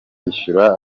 bishyura